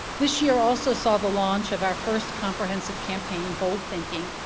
this year also saw the launch of our first comprehensive campaign, bold thinking,